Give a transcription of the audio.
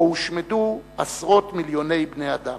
שבה הושמדו עשרות מיליוני בני-אדם.